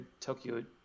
Tokyo